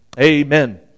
amen